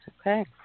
Okay